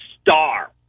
star